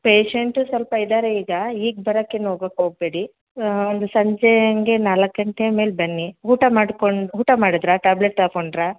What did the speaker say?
patient ಸ್ವಲ್ಪ ಇದ್ದಾರೆ ಈಗ ಈಗ ಬರಕ್ಕೇನು ಹೋಗಕ್ ಹೋಗ್ಬೇಡಿ ಒಂದು ಸಂಜೆ ಹಂಗೆ ನಾಲ್ಕು ಗಂಟೆ ಮೇಲೆ ಬನ್ನಿ ಊಟ ಮಾಡ್ಕೊಂಡು ಊಟ ಮಾಡಿದ್ರಾ ಟ್ಯಾಬ್ಲೆಟ್ ತಗೊಂಡ್ರಾ